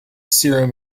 serum